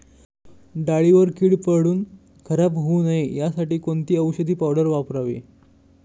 डाळीवर कीड पडून खराब होऊ नये यासाठी कोणती औषधी पावडर वापरावी?